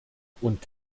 und